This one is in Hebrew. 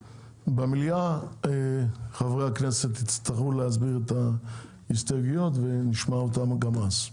במליאה חברי הכנסת יצטרכו להסביר את ההסתייגויות ונשמע אותן גם אז.